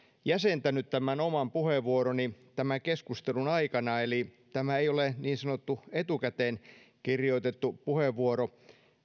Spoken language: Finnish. jäsentänyt tämän oman puheenvuoroni tämän keskustelun aikana eli tämä ei ole niin sanottu etukäteen kirjoitettu puheenvuoro